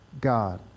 God